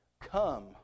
come